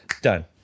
Done